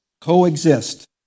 coexist